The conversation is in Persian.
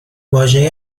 واژه